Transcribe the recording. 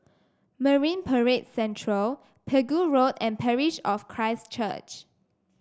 Marine Parade Central Pegu Road and Parish of Christ Church